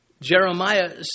Jeremiah